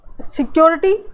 security